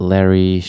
Larry